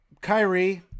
Kyrie